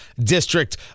district